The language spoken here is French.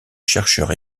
chercheurs